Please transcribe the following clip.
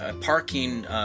parking